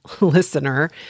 listener